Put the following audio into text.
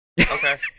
Okay